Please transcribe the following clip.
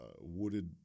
wooded